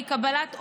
והיא קבלת עובדים,